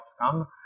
come